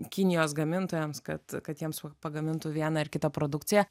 kinijos gamintojams kad kad jiems va pagamintų vieną ar kitą produkciją